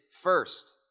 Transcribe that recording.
first